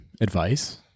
advice